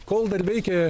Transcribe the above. kol dar veikė